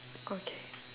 okay